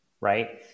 right